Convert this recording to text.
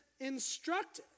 Instruct